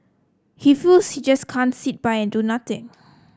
he feels he just can't sit by and do nothing